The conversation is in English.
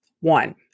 one